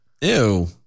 ew